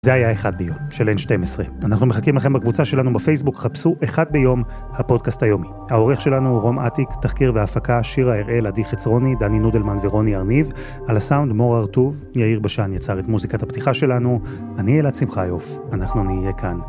זה היה 'אחד ביום', של 'N12'. אנחנו מחכים לכם בקבוצה שלנו בפייסבוק, חפשו 'אחד ביום - הפודקאסט היומי'. העורך שלנו הוא רום אטיק, תחקיר והפקה- שירה הראל, עדי חצרוני, דני נודלמן ורוני ארניב. על הסאונד מור הרטוב, יאיר בשן יצר את מוזיקת הפתיחה שלנו. אני אלעד שמחיוף, אנחנו נהיה כאן